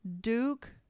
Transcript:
Duke